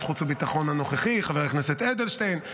החוץ והביטחון הנוכחי חבר הכנסת אדלשטיין,